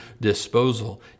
disposal